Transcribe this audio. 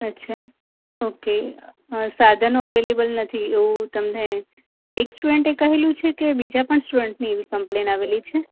અચ્છા ઓકે સાધનો અવેલેબલ નથી એવું તમને એક સ્ટુડન્ટે કહ્યું છે કે બીજા પણ સ્ટુડન્ટની એવી કમ્પ્લેન આવેલી છે